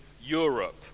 Europe